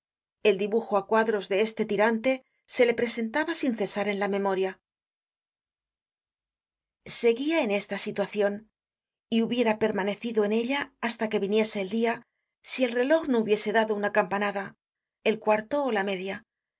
el dibujo á cuadros de este tirante se le presentaba sin cesar en la memoria content from google book search generated at seguia en esta situacion y hubiera permanecido en ella hasta que viniese el dia si el reloj no hubiese dado una campanadael cuarto ó la media